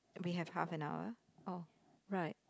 we have half an hour orh right